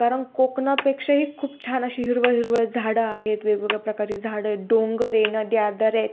कारण कोकणापेक्षाही खूप छान अशी हिरवळ हिरवळ झाडं आहेत वेगवेगळ्या प्रकारची झाडं डोंगर आहे नद्या दऱ्या आहेत